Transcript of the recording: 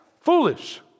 foolish